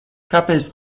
kāpēc